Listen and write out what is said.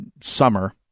summer